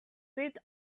sit